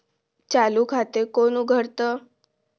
चालू खाते कोण उघडतं?